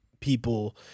people